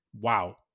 Wow